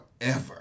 forever